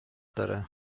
داره